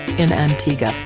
in antigua,